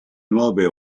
nuove